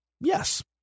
yes